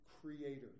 Creator